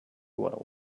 what